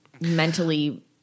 mentally